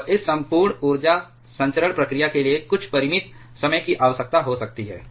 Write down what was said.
और इस संपूर्ण ऊर्जा संचरण प्रक्रिया के लिए कुछ परिमित समय की आवश्यकता हो सकती है